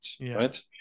Right